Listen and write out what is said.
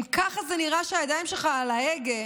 אם ככה זה נראה כשהידיים שלך על ההגה,